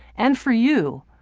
and for you,